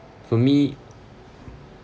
for me